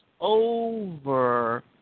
over